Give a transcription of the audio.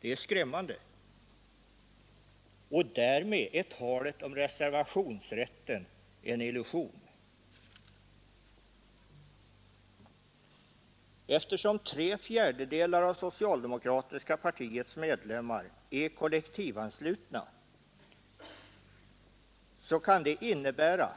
Det skrämmande uppgifter, och därmed är talet om reservationsrätten en illusion. kollektivanslutna, så kan det innebära